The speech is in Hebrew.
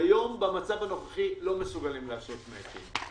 היום במצב הנוכחי לא מסוגלים לעשות מאצ'ינג,